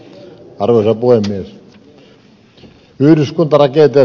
arvoisa puhemies